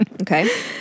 Okay